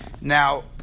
Now